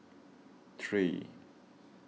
three